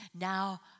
now